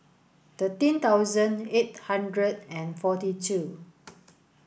thirteen thousand eight hundred and forty two